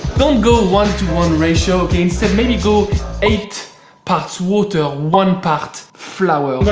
don't go one to one ratio. ok? instead maybe go eight parts water, one part flour.